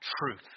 truth